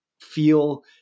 feel